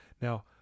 Now